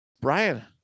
Brian